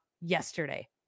yesterday